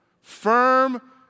firm